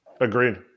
Agreed